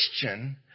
question